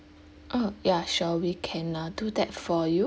oh ya sure we can uh do that for you